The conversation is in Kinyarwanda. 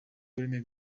uburemere